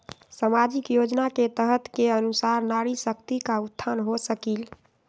सामाजिक योजना के तहत के अनुशार नारी शकति का उत्थान हो सकील?